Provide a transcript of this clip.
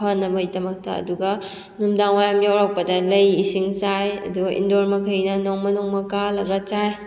ꯐꯅꯕꯒꯤꯗꯃꯛꯇ ꯑꯗꯨꯒ ꯅꯨꯃꯤꯗꯥꯡ ꯋꯥꯏꯔꯝ ꯌꯧꯔꯛꯄꯗ ꯂꯩ ꯏꯁꯤꯡ ꯆꯥꯏ ꯑꯗꯨꯒ ꯏꯟꯗꯣꯔ ꯃꯈꯩꯅ ꯅꯣꯡꯃ ꯅꯣꯡꯃ ꯀꯥꯜꯂꯒ ꯆꯥꯏ